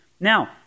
Now